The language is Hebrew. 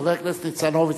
חבר הכנסת ניצן הורוביץ,